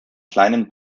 kleinen